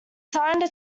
signed